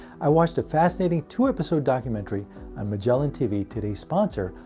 i watched a fascinating two episode documentary on magellan tv, today's sponsor,